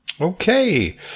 Okay